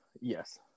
Yes